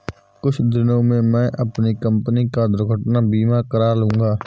कुछ दिनों में मैं अपनी कंपनी का दुर्घटना बीमा करा लूंगा